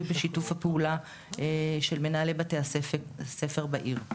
בשיתוף הפעולה של מנהלי בתי הספר בעיר.